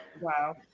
Wow